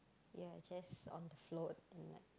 ya just on the float and like